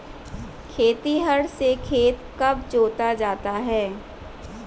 खेतिहर से खेत कब जोता जाता है?